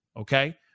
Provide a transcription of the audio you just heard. okay